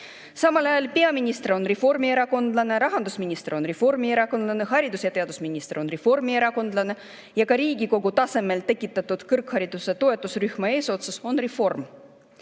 Samal ajal peaminister on reformierakondlane, rahandusminister on reformierakondlane, haridus‑ ja teadusminister on reformierakondlane ja ka Riigikogu tasemel tekitatud kõrghariduse toetusrühma eesotsas on